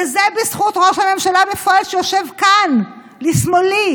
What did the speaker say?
וזה בזכות ראש הממשלה בפועל שיושב כאן לשמאלי,